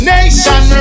Nation